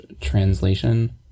translation